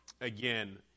again